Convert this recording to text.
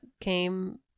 came